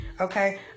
Okay